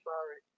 Sorry